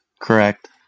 correct